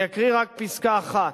אקריא רק פסקה אחת: